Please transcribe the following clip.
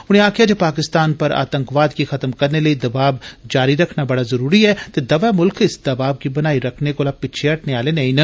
उनें आक्खेआ जे पाकिस्तान पर आतंकवाद गी खत्म करने लेई दबाव जारी रक्खना बड़ा जरूरी ऐ ते दवै मुल्ख इस दबाव गी बनाई रक्खने कोला पिच्छे हटने आले नेई न